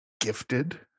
gifted